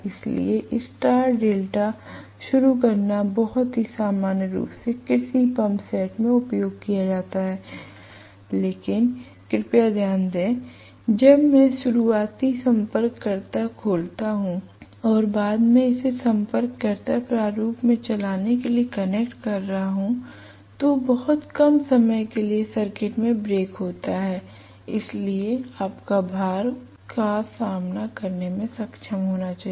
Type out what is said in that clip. इसलिए star delta शुरू करना बहुत ही सामान्य रूप से कृषि पंप सेट में उपयोग किया जाता है लेकिन कृपया ध्यान दें जब मैं शुरुआती संपर्ककर्ता खोल रहा हूं और बाद में इसे संपर्ककर्ता प्रारूप में चलाने के लिए कनेक्ट कर रहा हूं तो बहुत कम समय के लिए सर्किट में ब्रेक होता है इसलिए आपका भार उस का सामना करने में सक्षम होना चाहिए